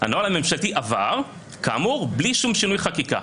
הנוהל הממשלתי עבר כאמור בלי שום שינוי חקיקה.